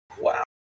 Wow